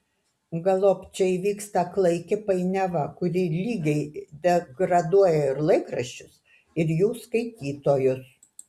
galop čia įvyksta klaiki painiava kuri lygiai degraduoja ir laikraščius ir jų skaitytojus